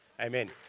Amen